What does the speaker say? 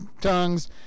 tongues